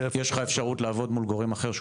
יש לך אפשרות לעבוד מול גורם אחר,